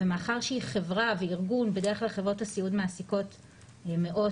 ומאחר שהיא חברה וארגון בדרכי חברות הסיעוד מעסיקות מאות,